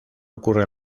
ocurre